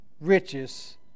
riches